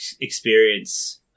experience